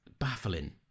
baffling